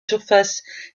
surface